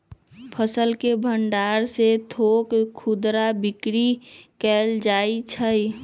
फसल के भण्डार से थोक खुदरा बिक्री कएल जाइ छइ